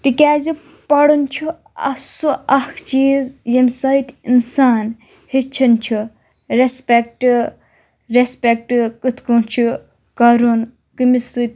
تِکیازِ پَڑھن چھُ ٲں سُہ اَکھ چیٖز ییٚمہِ سۭتۍ اِنسان ہیٚچھان چھُ ریٚسپیٚکٹہٕ ریٚسپیٚکٹہٕ کِتھ کٲنٛہہ چھُ کَرُن کٔمِس سۭتۍ